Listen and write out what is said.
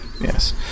Yes